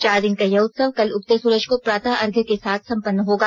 चार दिन का यह उत्सव कल उगते सुरज को प्रातः अर्घयं के साथ संपन्न होगा